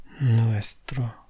Nuestro